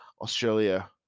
Australia